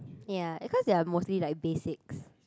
ya cause they are mostly like basics